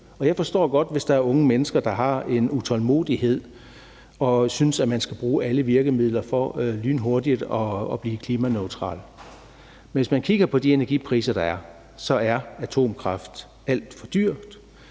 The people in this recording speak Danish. Jeg forstår godt, hvis der er unge mennesker, der har en utålmodighed og synes, at man skal bruge alle virkemidler for lynhurtigt at blive klimaneutral. Men hvis man kigger på de energipriser, der er, så er atomkraft al for dyr,